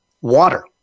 water